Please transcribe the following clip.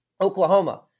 Oklahoma